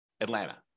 Atlanta